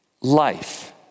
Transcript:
life